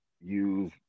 use